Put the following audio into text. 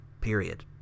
period